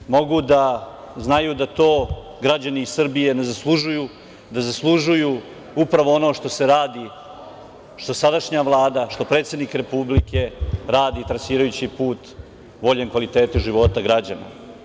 Da li mogu da znaju da to građani Srbije ne zaslužuju, da zaslužuju upravo ono što se radi, što sadašnja Vlada, što predsednik Republike radi trasirajući put boljem kvalitetu života građana.